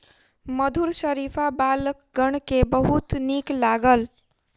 मधुर शरीफा बालकगण के बहुत नीक लागल